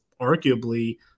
arguably